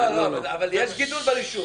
אבל יש גידול ברישום.